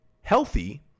healthy